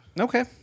Okay